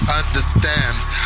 understands